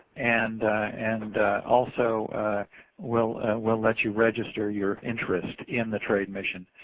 and and also will will let you register your interest in the trade mission.